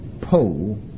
pole